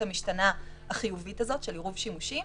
המשתנה החיובית הזאת של עירוב שימושים.